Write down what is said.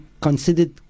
considered